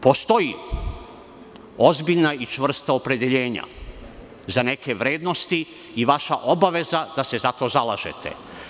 Postoje ozbiljna i čvrsta opredeljenja za neke vrednosti i vaša obaveza da se za to zalažete.